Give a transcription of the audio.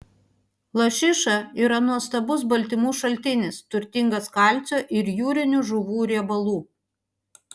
lašiša yra nuostabus baltymų šaltinis turtingas kalcio ir jūrinių žuvų riebalų